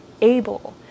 able